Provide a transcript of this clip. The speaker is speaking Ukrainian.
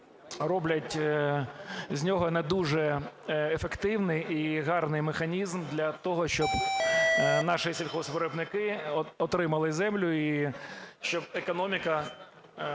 роблять з нього не дуже ефективний і гарний механізм для того, щоб наші сільгоспвиробники отримали землю і щоб економіка